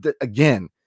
again